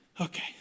Okay